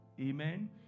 Amen